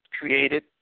created